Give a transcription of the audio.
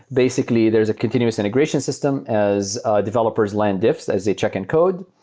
basically, there is a continuous integration system as developers land diffs as they check in code.